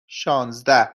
شانزده